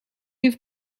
you